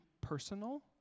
personal